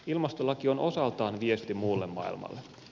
ilmastolaki on osaltaan viesti muulle maailmalle